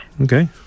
Okay